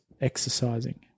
exercising